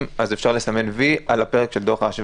אז אפשר לסמן "וי" על הפרק של דוח ההשוואה.